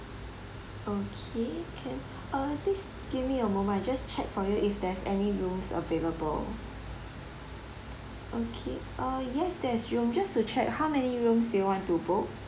okay can uh please give me a moment I just for you if there's any rooms available okay uh yes there is room just to check how many rooms do you want to book